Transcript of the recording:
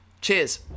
Cheers